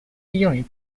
unit